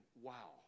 wow